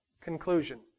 conclusion